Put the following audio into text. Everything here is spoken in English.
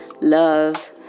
love